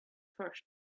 first